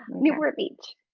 newport beach.